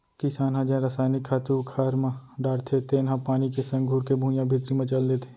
किसान ह जेन रसायनिक खातू खार म डारथे तेन ह पानी के संग घुरके भुइयां भीतरी म चल देथे